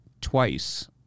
twice